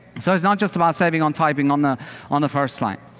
so it's not just about saving on typing on the on the first line.